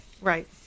right